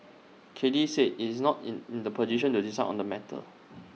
Cathay said IT is not in in the position to decide on the matter